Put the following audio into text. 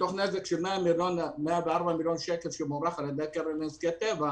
מתוך נזק של 104 מיליון שקל שמוערך על ידי הקרן לנזקי טבע,